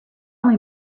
only